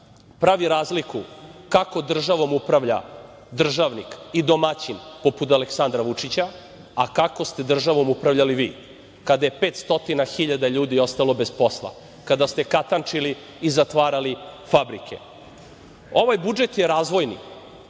Pravi razliku kako državom upravlja državnik i domaćin poput Aleksandra Vučića, a kako ste državom upravljali vi kada je 500.000 ljudi ostalo bez posla, kada ste katančili i zatvarali fabrike. Ovaj budžet je razvojni.